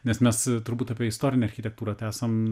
nes mes turbūt apie istorinę architektūrą tesam